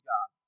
God